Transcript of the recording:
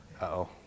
Uh-oh